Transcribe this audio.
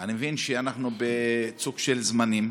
אני מבין שאנחנו במצוקה של זמנים,